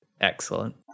Excellent